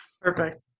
Perfect